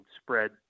spread